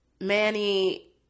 Manny